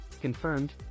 confirmed